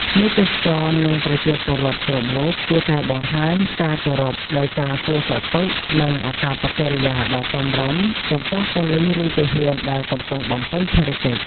ភ្ញៀវទេសចរណ៍និងប្រជាពលរដ្ឋគ្រប់រូប គួរតែបង្ហាញការគោរពដោយការសួរសុខទុក្ខនិងអាកប្បកិរិយាដ៏សមរម្យចំពោះប៉ូលិស ឬទាហានដែលកំពុងបំពេញភារកិច្ច។